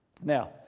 Now